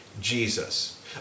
Jesus